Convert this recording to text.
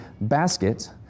basket